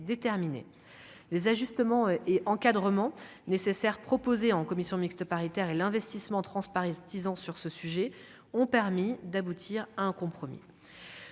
les ajustements et encadrement nécessaire proposé en commission mixte paritaire et l'investissement transparaissent disant sur ce sujet ont permis d'aboutir à un compromis,